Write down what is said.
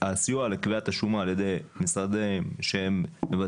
שהסיוע לקביעת השומה על ידי משרדים שמבצעים